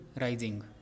rising